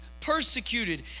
persecuted